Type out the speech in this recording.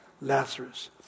Lazarus